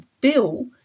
bill